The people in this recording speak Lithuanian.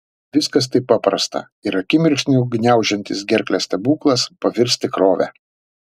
viskas taip paprasta ir akimirksniu gniaužiantis gerklę stebuklas pavirs tikrove